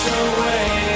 away